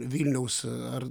vilniaus ar